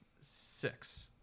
six